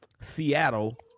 Seattle